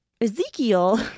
Ezekiel